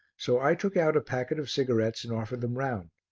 so i took out a packet of cigarettes and offered them round.